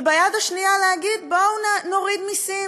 וביד השנייה להגיד: בואו נוריד מסים.